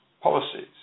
policies